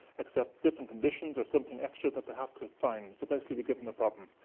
except different conditions or something extra that they have to find. so basically, we give them a problem.